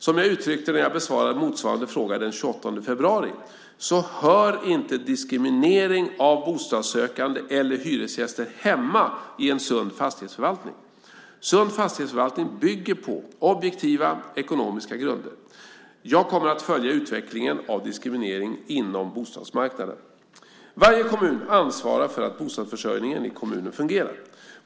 Som jag uttryckte när jag besvarade motsvarande fråga den 28 februari hör inte diskriminering av bostadssökande eller hyresgäster hemma i en sund fastighetsförvaltning. Sund fastighetsförvaltning bygger på objektiva ekonomiska grunder. Jag kommer att följa utvecklingen av diskriminering inom bostadsmarknaden. Varje kommun ansvarar för att bostadsförsörjningen i kommunen fungerar.